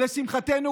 ולשמחתנו,